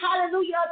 hallelujah